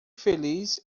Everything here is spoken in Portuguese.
feliz